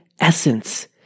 essence